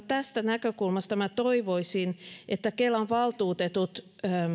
tästä näkökulmasta minä toivoisin että kelan valtuutetut